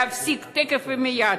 להפסיק תכף ומייד.